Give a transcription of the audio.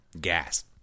gas